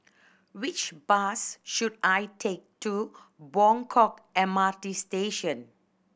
which bus should I take to Buangkok M R T Station